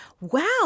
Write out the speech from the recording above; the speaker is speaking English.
wow